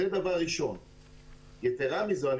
יתרה מזאת,